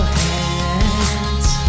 hands